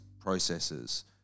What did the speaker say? processes